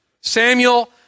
Samuel